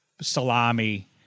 salami